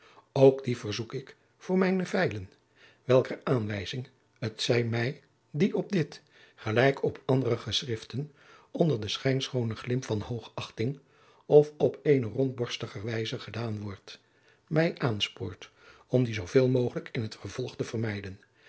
ook die verzoek ik voor mijne feilen welker aanwijzing het zij mij die op dit gelijk op andere geschriften onder den schijnschoonen glimp van hoogachting of op eene rondborstiger wijze gedaan wordt mij aanspoort om die zoo veel mogelijk in het vervolg te vermijden